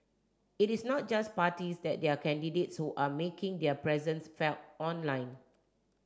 it is not just parties that their candidates who are making their presence felt online